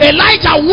Elijah